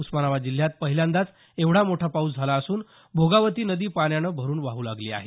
उस्मानाबाद जिल्ह्यात पहिल्यांदाचं एवढा मोठा पाऊस झाला असून भोगावती नदी पाण्यानं भरून वाहू लागली आहे